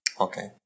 Okay